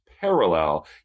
parallel